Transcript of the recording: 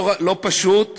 לא פשוט,